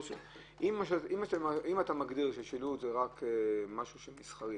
אם אתה מגדיר ששילוט זה רק משהו שהוא מסחרי